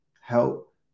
help